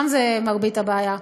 שם מרבית הבעיה?